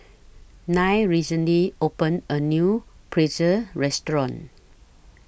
Nya recently opened A New Pretzel Restaurant